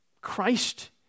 Christ